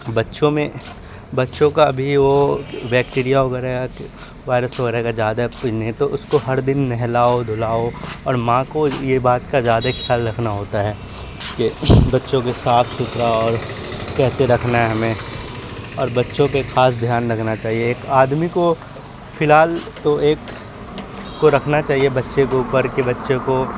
بچوں میں بچوں کا ابھی وہ بیکٹیریا وغیرہ وائرس وغیرہ کا زیادہ تو اس کو ہر دن نہلاؤ دھلاؤ اور ماں کو یہ بات کا زیادہ خیال رکھنا ہوتا ہے کہ بچوں کے صاف ستھرا اور کیسے رکھنا ہے ہمیں اور بچوں کے خاص دھیان رکھنا چاہیے ایک آدمی کو فی الحال تو ایک کو رکنا چاہیے بچے کے اوپر کہ بچے کو